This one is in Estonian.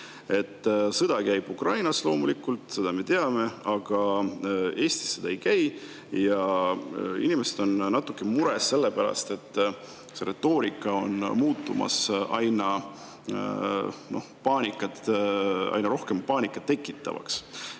Sõda käib Ukrainas loomulikult, seda me teame, aga Eestis see ei käi ja inimesed on natuke mures, sellepärast et see retoorika on muutumas aina rohkem paanikat tekitavaks.